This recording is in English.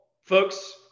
folks